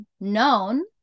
known